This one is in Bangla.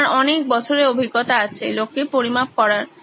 তোমার অনেক বছরের অভিজ্ঞতা আছে লোক কে পরিমাপ করার